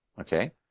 okay